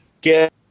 Get